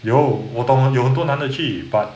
有我懂有很多男的去 but